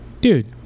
Dude